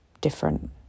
different